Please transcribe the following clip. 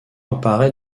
apparaît